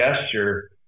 gesture